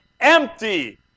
empty